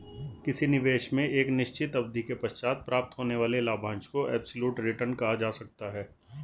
किसी निवेश में एक निश्चित अवधि के पश्चात प्राप्त होने वाले लाभांश को एब्सलूट रिटर्न कहा जा सकता है